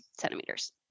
centimeters